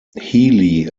healy